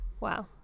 wow